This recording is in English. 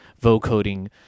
vocoding